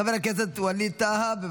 חבר הכנסת ווליד טאהא, בבקשה.